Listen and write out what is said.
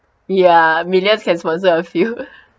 ya millions can sponsor a few